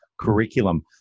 curriculum